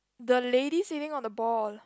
the lady sitting on the ball